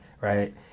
Right